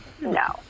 no